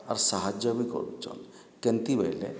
ଆର୍ ସାହଯ୍ୟ ବି କରୁଛନ୍ କେନ୍ତି ବେଲେ